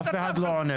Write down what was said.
--- יש גבול לכל תעלול.